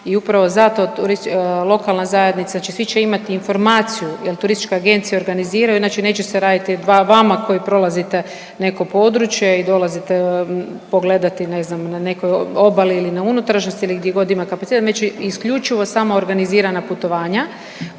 i upravo zato turisti…, lokalna zajednica će, svi će imat informaciju jel turističke agencije organiziraju, znači neće se raditi dva vama koji prolazite neko područje i dolazite pogledati ne znam na nekoj obali ili na unutrašnjosti ili gdje god ima kapaci…, znači isključivo samo organizirana putovanja